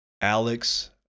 Alex